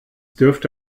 dürfte